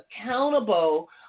accountable